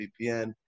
VPN